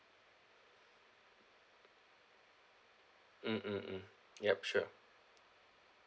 mm mm mm ya sure